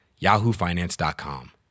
yahoofinance.com